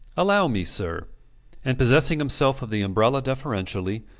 allow me, sir and possessing himself of the umbrella deferentially,